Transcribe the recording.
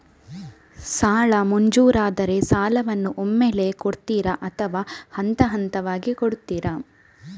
ಸಾಲ ಮಂಜೂರಾದರೆ ಸಾಲವನ್ನು ಒಮ್ಮೆಲೇ ಕೊಡುತ್ತೀರಾ ಅಥವಾ ಹಂತಹಂತವಾಗಿ ಕೊಡುತ್ತೀರಾ?